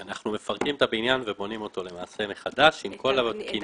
אנחנו מפרקים את הבניין ולמעשה בונים אותו מחדש עם כל התקינה.